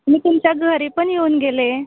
मी तुमच्या घरी पण येऊन गेले